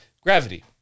Gravity